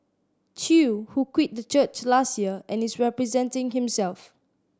Chew who quit the church last year and is representing himself